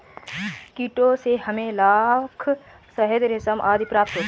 कीटों से हमें लाख, शहद, रेशम आदि प्राप्त होते हैं